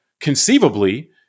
conceivably